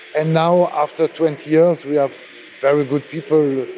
and now after twenty years we have very good people.